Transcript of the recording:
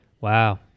Wow